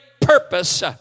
purpose